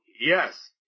yes